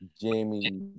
Jamie